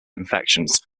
infections